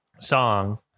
song